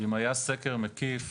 אם היה סקר מקיף